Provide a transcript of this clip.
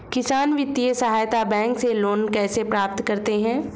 किसान वित्तीय सहायता बैंक से लोंन कैसे प्राप्त करते हैं?